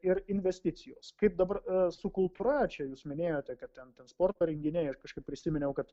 ir investicijos kaip dabar su kultūra čia jūs minėjote kad ten kad sporto renginiai aš kažkaip prisiminiau kad